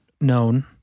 known